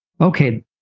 okay